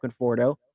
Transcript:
Conforto